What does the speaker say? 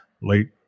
late